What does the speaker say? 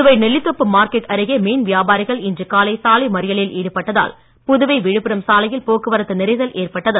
Puduvai Nellithope market அருகே மீன் வியாபாரிகள் இன்று காலை சாலை மறியலில் ஈடுபட்டதால் புதுவை விழுப்புரம் சாலையில் போக்குவரத்து நெரிசல் ஏற்பட்டது